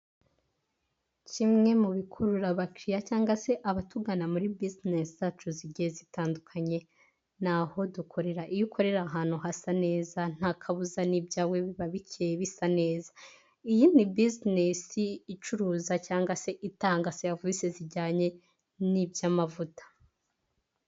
Kimwe mu bikurura abakiriya cyangwa se abatugana muri buzinesi zacu zigiye zitandukanye, ni aho dukorera. Iyo ukorera ahantu hasa neza, nta kabuza n'ibyawe biba bikeye bisa neza. Iyi ni buzinesi icuruza cyangwa se itanga serivisi zijyanye n'iby'amavuta.